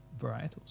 varietals